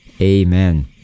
Amen